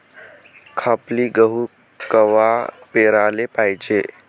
खपली गहू कवा पेराले पायजे?